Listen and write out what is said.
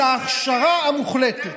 את ההכשרה המוחלטת.